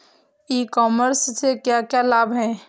E commerce से क्या क्या लाभ हैं?